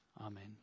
Amen